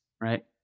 right